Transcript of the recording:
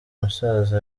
musaza